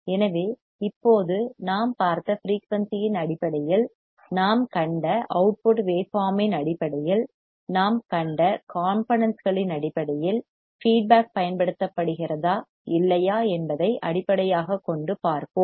எனவே இப்போது நாம் பார்த்த ஃபிரெயூனிசி இன் அடிப்படையில் நாம் கண்ட அவுட்புட் வேவ் பார்ம் இன் அடிப்படையில் நாம் கண்ட காம்போனென்ட்ஸ் களின் அடிப்படையில் ஃபீட்பேக் பயன்படுத்தப்படுகிறதா இல்லையா என்பதை அடிப்படையாகக் கொண்டு பார்ப்போம்